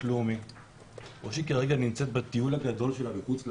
לאומי או שהיא כרגע נמצאת בטיול הגדול שלה בחוץ לארץ,